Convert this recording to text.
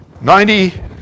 Ninety